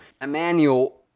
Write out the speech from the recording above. Emmanuel